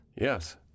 Yes